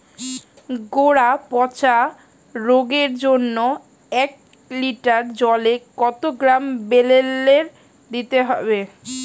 গোড়া পচা রোগের জন্য এক লিটার জলে কত গ্রাম বেল্লের দিতে হবে?